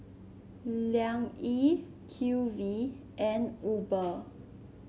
Liang Yi Q V and Uber